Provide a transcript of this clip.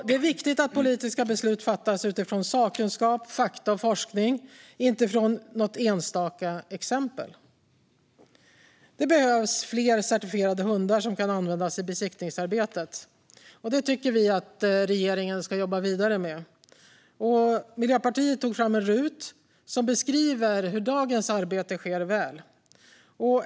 Det är viktigt att politiska beslut fattas utifrån sakkunskap, fakta och forskning, inte utifrån något enstaka exempel. Det behövs fler certifierade hundar som kan användas i besiktningsarbetet. Det tycker vi att regeringen ska jobb vidare med. Miljöpartiet har låtit RUT ta fram en underlagsrapport som väl beskriver hur dagens arbete sker.